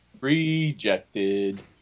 rejected